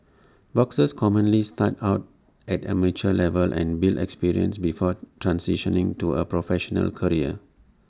boxers commonly start out at amateur level and build experience before transitioning to A professional career